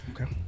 okay